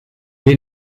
est